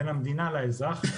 בין המדינה לאזרח,